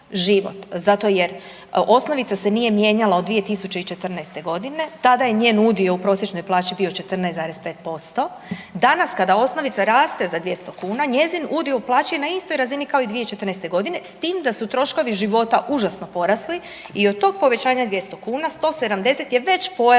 zato jer osnovica se nije mijenjala od 2014. g., tada je njen udio u prosječnoj plaći bio 14,5%, danas kada osnovica raste za 200 kuna, njezin udio plaće je na istoj razini kao i 2014. g., s tim da su troškovi života užasno porasli i od tog povećanja 200 kuna, 170 je već pojela